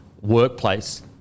workplace